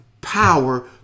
power